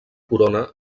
corona